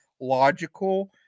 logical